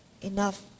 enough